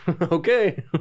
Okay